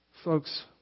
Folks